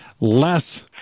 less